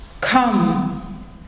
Come